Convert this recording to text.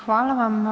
Hvala vam.